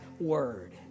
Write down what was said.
word